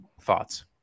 thoughts